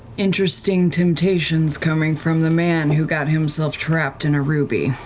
interesting temptations coming from the man who got himself trapped in a ruby.